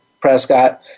Prescott